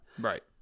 Right